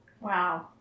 Wow